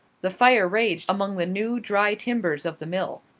the fire raged among the new, dry timbers of the mill.